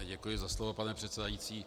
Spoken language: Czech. Děkuji za slovo, pane předsedající.